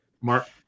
Mark